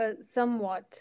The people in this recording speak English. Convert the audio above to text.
somewhat